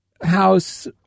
house